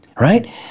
right